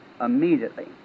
immediately